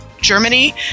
Germany